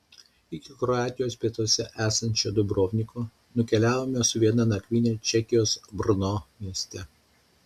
iki kroatijos pietuose esančio dubrovniko nukeliavome su viena nakvyne čekijos brno mieste